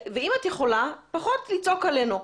אם את יכולה, פחות לצעוק עלינו.